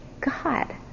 God